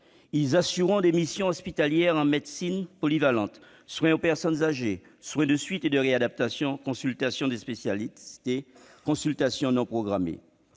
Ils assureront des missions hospitalières en médecine polyvalente : soins aux personnes âgées, soins de suite et de réadaptation, consultations de spécialités et consultations non programmées.